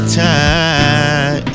time